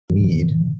need